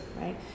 right